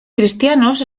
cristianos